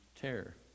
terror